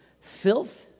filth